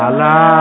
la